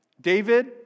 David